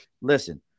Listen